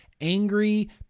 angry